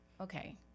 okay